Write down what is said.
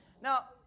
Now